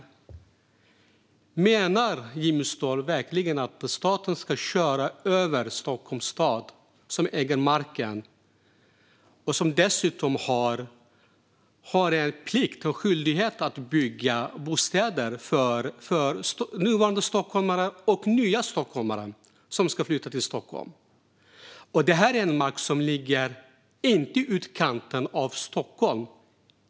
Menar Jimmy Ståhl verkligen att staten ska köra över Stockholms stad som äger marken och som dessutom har en plikt och skyldighet att bygga bostäder för nuvarande och nya stockholmare? För det första är det här mark som inte ligger i utkanten av Stockholm.